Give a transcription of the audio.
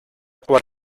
aber